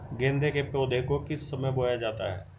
गेंदे के पौधे को किस समय बोया जाता है?